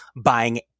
buying